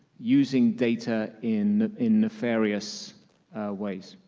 using data in in nefarious ways?